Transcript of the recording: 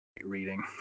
reading